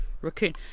raccoon